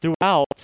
throughout